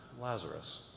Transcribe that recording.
Lazarus